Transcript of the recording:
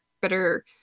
better